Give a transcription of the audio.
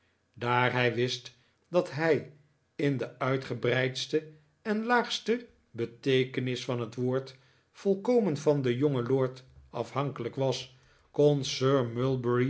daar hij wist dat hij in de uitgebreidste en laagste beteekenis van het woord volkomen van den jongen lord afhankelijk was